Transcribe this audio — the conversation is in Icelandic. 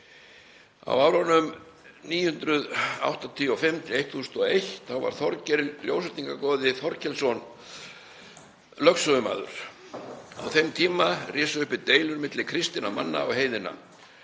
Á árunum 985 til 1001 var Þorgeir Ljósvetningagoði Þorkelsson lögsögumaður. Á þeim tíma risu upp deilur milli kristinna manna og heiðinna.